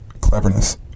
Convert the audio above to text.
cleverness